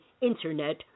internet